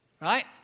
right